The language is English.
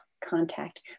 contact